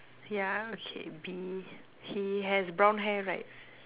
yeah okay B he has brown hair right